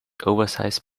oversized